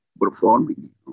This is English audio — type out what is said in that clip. performing